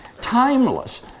timeless